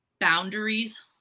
Boundaries